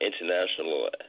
international